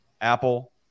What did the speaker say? Apple